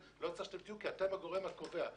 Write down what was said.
אתם הגורם הקובע.